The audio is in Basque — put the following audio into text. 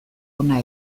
hona